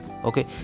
okay